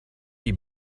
die